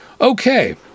Okay